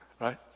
right